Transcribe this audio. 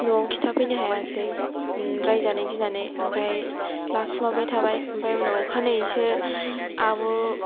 न'वाव खिथाफैनो हायासै रायजानो गिनानै ओमफ्राय लाखुमाबाय थाबाय ओमफ्राय उनाव अखानायैसो आब'